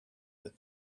that